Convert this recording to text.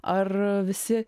ar visi